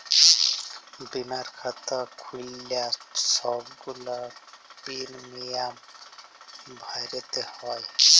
বীমার খাতা খ্যুইল্লে ছব গুলা পিরমিয়াম ভ্যইরতে হ্যয়